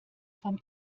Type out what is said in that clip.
vom